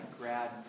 grad